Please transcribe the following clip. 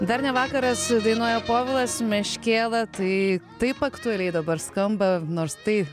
dar ne vakaras dainuoja povilas meškėla tai taip aktualiai dabar skamba nors tai